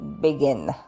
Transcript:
begin